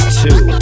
two